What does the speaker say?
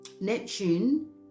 Neptune